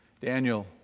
Daniel